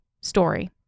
story